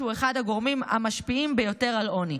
אחד הגורמים המשפיעים ביותר על עוני.